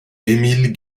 émile